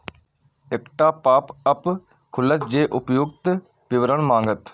एकटा पॉपअप खुलत जे उपर्युक्त विवरण मांगत